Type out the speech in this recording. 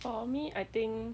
for me I think